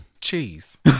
cheese